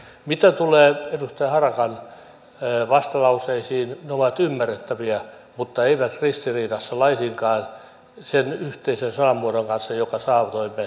mitä tulee edustaja harakan vastalauseisiin ne ovat ymmärrettäviä mutta eivät ristiriidassa laisinkaan sen yhteisen sanamuodon kanssa jonka saatoimme saavuttaa